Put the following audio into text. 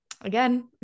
again